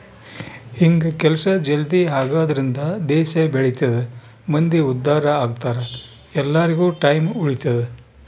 ಹಿಂಗ ಕೆಲ್ಸ ಜಲ್ದೀ ಆಗದ್ರಿಂದ ದೇಶ ಬೆಳಿತದ ಮಂದಿ ಉದ್ದಾರ ಅಗ್ತರ ಎಲ್ಲಾರ್ಗು ಟೈಮ್ ಉಳಿತದ